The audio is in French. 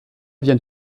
vient